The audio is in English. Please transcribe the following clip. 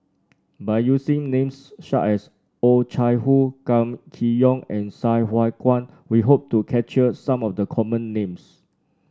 by using names such as Oh Chai Hoo Kam Kee Yong and Sai Hua Kuan we hope to capture some of the common names